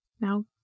Now